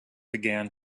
began